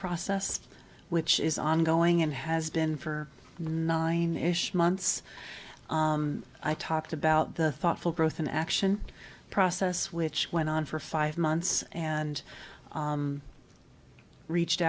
processed which is ongoing and has been for nine months i talked about the thoughtful growth in action process which went on for five months and reached